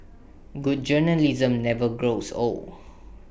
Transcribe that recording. good journalism never grows old